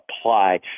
apply